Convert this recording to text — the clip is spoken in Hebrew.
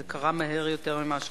זה קרה מהר יותר ממה שחשבתי.